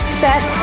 set